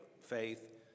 faith